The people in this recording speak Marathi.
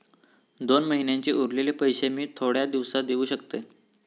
दोन महिन्यांचे उरलेले पैशे मी थोड्या दिवसा देव शकतय?